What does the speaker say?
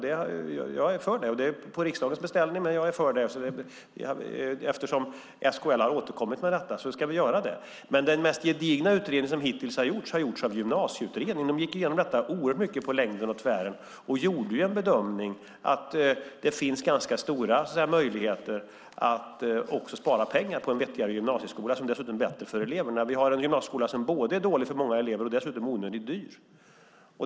Det är på riksdagens beställning, och jag är för det. Eftersom SKL har återkommit med detta ska vi göra det. Gymnasieutredningen har gjort den mest gedigna utredning som hittills har gjorts. Den gick igenom detta oerhört mycket på längden och tvären. Den gjorde bedömningen att det finns ganska stora möjligheter att spara pengar på en vettigare gymnasieskola som dessutom är bättre för eleverna. Vi har en gymnasieskola som både är dålig för många elever och onödigt dyr.